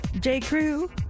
J.Crew